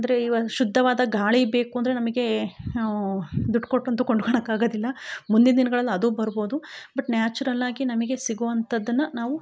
ಅಂದರೆ ಇವ ಶುದ್ಧವಾದ ಗಾಳಿ ಬೇಕು ಅಂದರೆ ನಮಗೆ ದುಡ್ಡು ಕೊಟ್ಟಂತು ಕೊಂಡ್ಕೊಳೋಕಾಗಾದಿಲ್ಲ ಮುಂದಿನ ದಿನ್ಗಳಲ್ಲಿ ಅದು ಬರ್ಬೋದು ಬಟ್ ನ್ಯಾಚುರಲ್ಲಾಗಿ ನಮಗೆ ಸಿಗುವಂಥದನ್ನ ನಾವು